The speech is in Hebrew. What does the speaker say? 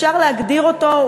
אפשר להגדיר אותו,